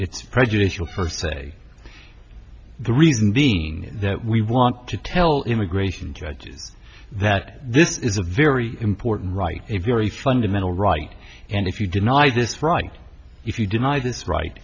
it's prejudicial first today the reason being that we want to tell immigration judges that this is a very important right a very fundamental right and if you deny this right if you deny this right